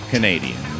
Canadian